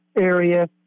area